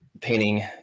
painting